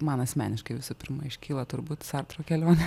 man asmeniškai visų pirma iškyla turbūt sartro kelionė